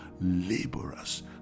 laborers